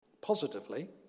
Positively